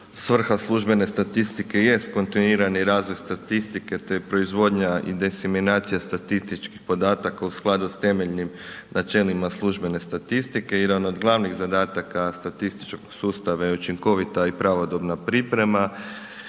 svrha službene statistike jest kontinuirani razvoj statistike te proizvodnja i diseminacija statističkih podataka u skladu s temeljnim načelima službene statistike i jedan od glavnih zadataka statističkog sustava je učinkovita i pravodobna priprema